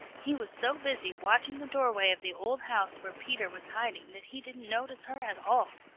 he was so busy watching the doorway of the old house where peter was hiding that he didn't notice her at all.